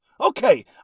Okay